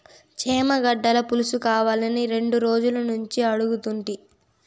చేమగడ్డల పులుసుకావాలని రెండు రోజులనుంచి అడుగుతుంటి